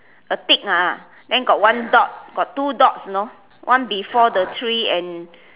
a tick ah then got one dot got two dots you know one before the three and